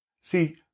See